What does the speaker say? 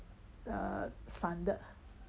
the 散的